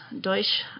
Deutsch